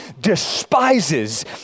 despises